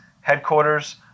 headquarters